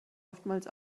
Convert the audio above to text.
oftmals